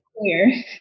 clear